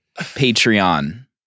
Patreon